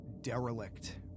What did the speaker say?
derelict